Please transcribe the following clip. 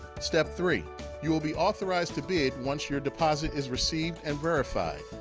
step three you will be authorized to bid once your deposit is received and verified.